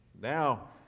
Now